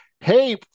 Hey